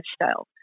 lifestyle